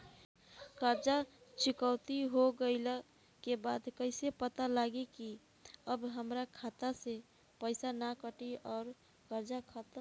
कर्जा चुकौती हो गइला के बाद कइसे पता लागी की अब हमरा खाता से पईसा ना कटी और कर्जा खत्म?